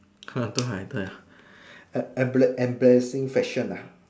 embarrassing embarrassing fashion ah